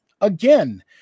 Again